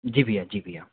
जी भैया जी भैया